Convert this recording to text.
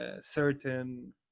certain